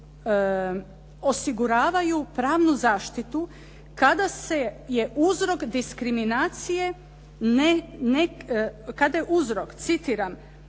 osiguravaju pravnu zaštitu kada je uzrok diskriminacije, kada je uzrok, citiram: